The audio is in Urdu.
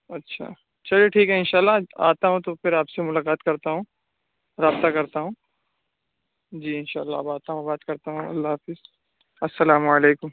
اچھا چلیے ٹھیک ہے ان شاء اللہ آتا ہوں تو پھر آپ سے ملاقات کرتا ہوں رابطہ کرتا ہوں جی ان شاء اللہ اب آتا ہوں بات کرتا ہوں اللہ حافظ السلام علیکم